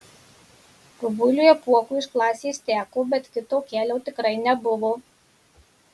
rubuiliui apuokui iš klasės teko bet kito kelio tikrai nebuvo